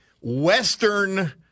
Western